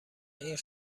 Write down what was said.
این